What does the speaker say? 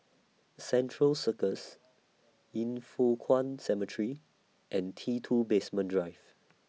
Central Circus Yin Foh Kuan Cemetery and T two Basement Drive